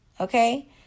Okay